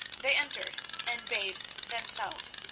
they entered and bathed themselves,